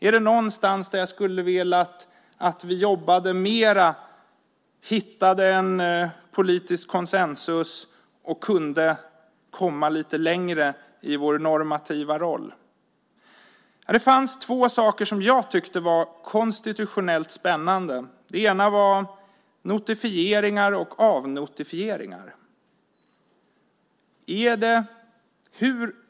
Är det någonstans där jag hade velat att vi jobbade mer, att vi hittade en politisk konsensus och kunde komma lite längre i vår normativa roll? Det fanns två saker som jag tyckte var konstitutionellt spännande. Den ena var notifieringar och avnotifieringar.